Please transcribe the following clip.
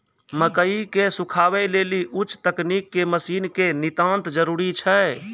मकई के सुखावे लेली उच्च तकनीक के मसीन के नितांत जरूरी छैय?